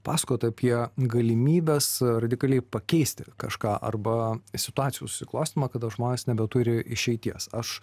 pasakot apie galimybes radikaliai pakeisti kažką arba situacijų susiklostymą kada žmonės nebeturi išeities aš